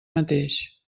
mateix